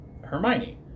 Hermione